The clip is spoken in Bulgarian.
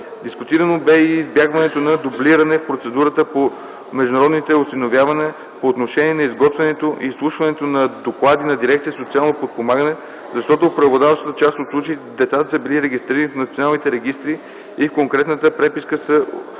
Дискутирано бе и избягването на дублиране в процедурата по международните осиновявания по отношение на изготвянето и изслушването на доклади на Дирекция „Социално подпомагане”, защото в преобладаващата част от случаите децата са били регистрирани в националните регистри и в конкретната преписка са